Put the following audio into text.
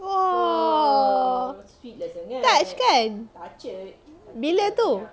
!wah! touched kan bila tu